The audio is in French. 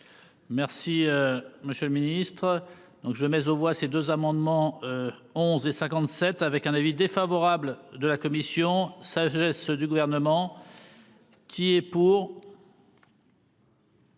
Merci, monsieur le Ministre donc je mais aux voix ces deux amendements. 11 et 57 avec un avis défavorable de la commission. Sagesse du gouvernement. Qui est pour.